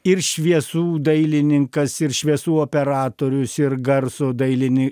ir šviesų dailininkas ir šviesų operatorius ir garso dailini